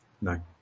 no